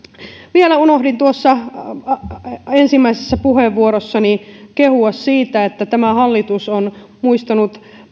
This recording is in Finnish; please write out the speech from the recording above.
vielä unohdin tuossa ensimmäisessä puheenvuorossani kehua hallitusta siitä että tämä hallitus on muistanut